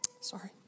Sorry